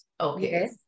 Okay